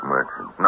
Merchant